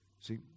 See